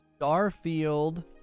Starfield